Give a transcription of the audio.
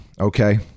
Okay